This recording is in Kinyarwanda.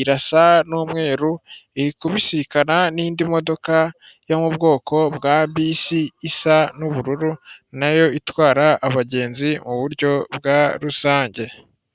irasa n'umweru, iri kubisikana n'indi modoka yo mu bwoko bwa bisi isa n'ubururu nayo itwara abagenzi muburyo bwa rusange.